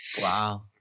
Wow